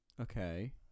okay